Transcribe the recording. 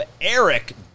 Eric